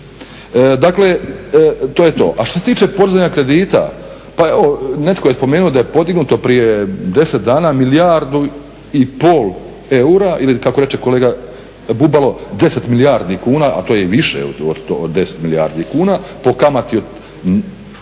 Dakle to je to. A što se tiče podizanja kredita pa evo netko je spomenuo da je podignuto prije 10 dana milijardu i pol eura ili kako reče kolega Bubalo 10 milijardi kuna, a to je i više od 10 milijardi kuna po kamati od,